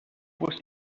was